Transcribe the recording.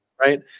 Right